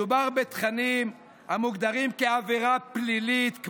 מדובר בתכנים המוגדרים כעבירה פלילית,